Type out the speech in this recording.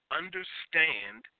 understand